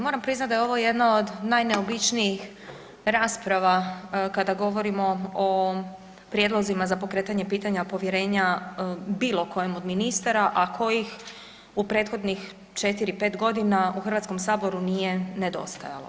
Moram priznat da je ovo jedna od najneobičnijih rasprava kada govorimo o prijedlozima za pokretanje pitanja povjerenja bilo kojem od ministara, a kojih u prethodnih 4-5.g. u HS nije nedostajalo.